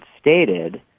stated